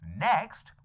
Next